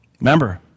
Remember